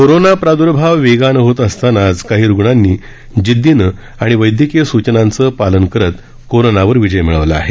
corona प्रादुर्भाव वेगानं होत असतानाच काही रुग्णांनी जिद्दीनं आणि वैद्यकीय स्चनांचं पालन करत कोरोनावर विजय मिळवला आहे